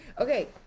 Okay